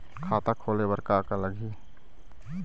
खाता खोले बर का का लगही?